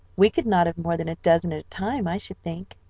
we could not have more than a dozen at a time, i should think.